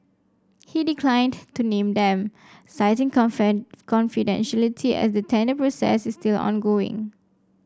he declined to name them citing confidentiality as the tender process is still ongoing